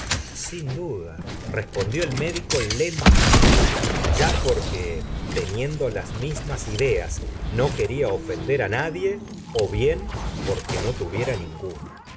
sin duda respondió el médico lentamente ya porque teniendo las mismas ideas no quería ofender á nadie ó bien porque no tuviera ninguna